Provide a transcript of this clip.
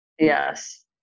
Yes